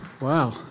Wow